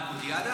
הליכודיאדה?